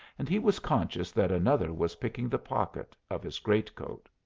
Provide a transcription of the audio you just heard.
and he was conscious that another was picking the pocket of his great-coat.